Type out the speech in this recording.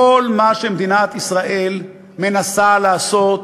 כל מה שמדינת ישראל מנסה לעשות